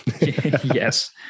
Yes